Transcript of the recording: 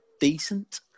decent